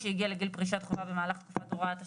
שהגיע לגיל פרישת חובה במהלך תקופת הוראות השעה,